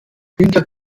günter